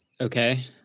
Okay